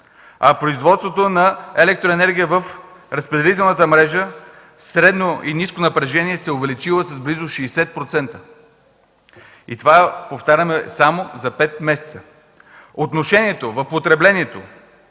а производството на електроенергия в разпределителната мрежа – средно и ниско напрежение, се е увеличило с близо 60%. Повтарям, че това е само за пет месеца. Отношението в потреблението